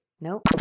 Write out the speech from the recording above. Nope